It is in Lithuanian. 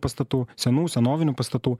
pastatų senų senovinių pastatų